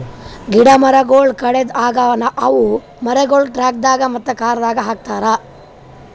ಗಿಡ ಮರಗೊಳ್ ಕಡೆದ್ ಆಗನ ಅವು ಮರಗೊಳಿಗ್ ಟ್ರಕ್ದಾಗ್ ಮತ್ತ ಕಾರದಾಗ್ ಹಾಕತಾರ್